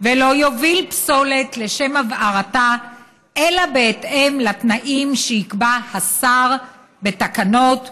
ולא יוביל פסולת לשם הבערתה אלא בהתאם לתנאים שיקבע השר בתקנות.